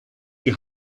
die